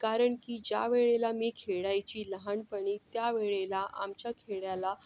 कारण की ज्या वेळेला मी खेळायची लहानपणी त्यावेळेला आमच्या खेळाला